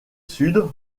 sud